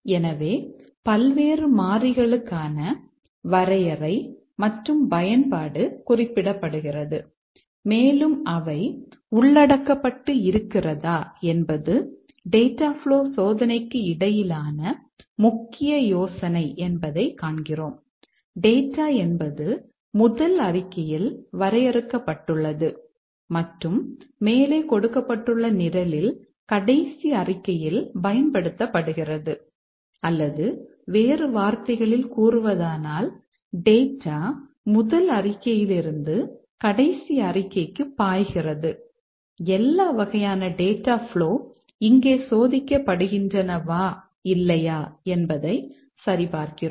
எனவே பல்வேறு மாறிகளுக்கான வரையறை மற்றும் பயன்பாடு குறிப்பிடப்படுகிறது மேலும் அவை உள்ளடக்கப்பட்டு இருக்கிறதா என்பது டேட்டா ப்ளோ இங்கே சோதிக்கப்படுகின்றனவா இல்லையா என்பதை சரிபார்க்கிறோம்